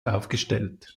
aufgestellt